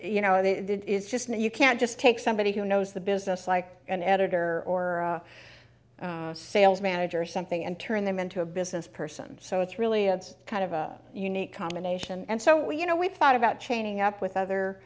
you know they did is just you can't just take somebody who knows the business like an editor or a sales manager or something and turn them into a business person so it's really it's kind of a unique combination and so we you know we thought about chaining up with other